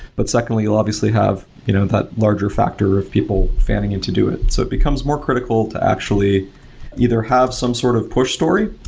but secondly, you'll obviously have you know that larger factor of people fanning in to do it. so it becomes more critical to actually either have some sort of push story.